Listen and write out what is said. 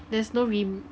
there's no rem~